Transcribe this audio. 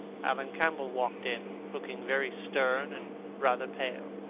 alan campbell walked in, looking very stern and rather pale,